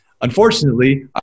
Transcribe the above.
Unfortunately